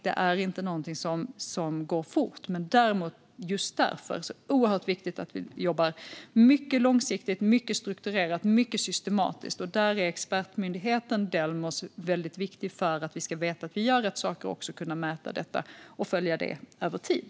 Det är inte någonting som går fort, men just därför är det så oerhört viktigt att vi jobbar mycket långsiktigt, mycket strukturerat och mycket systematiskt. Där är expertmyndigheten Delmos väldigt viktig för att vi ska veta att vi gör rätt saker och också kunna mäta detta och följa det över tid.